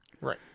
Right